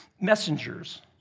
messengers